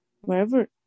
wherever